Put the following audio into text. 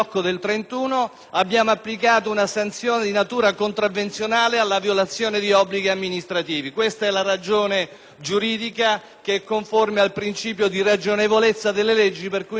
giuridica che è conforme al principio di ragionevolezza delle leggi, per cui abbiamo introdotto l'ipotesi contravvenzionale. D'altra parte, la norma che introduciamo era già prevista